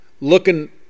looking